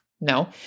No